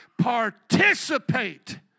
participate